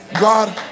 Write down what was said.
God